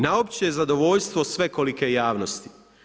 Na opće zadovoljstvo svekolike javnosti.